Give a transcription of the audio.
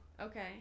Okay